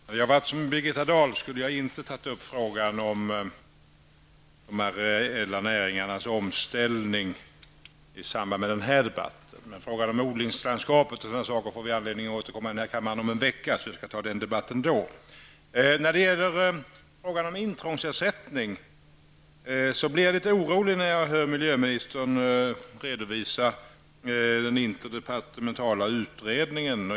Herr talman! Om jag hade varit Birgitta Dahl skulle jag inte ha tagit upp frågan om de areella näringarnas omställning i samband med den här debatten. Vi får om en vecka anledning att här i kammaren återkomm t.frågan om odlingslandskapet, så vi kan ta den debatten då. När det gäller intrångsersättningen blev jag litet orolig över vad miljöministern sade om en interdepartmental utredning.